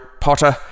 Potter